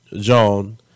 John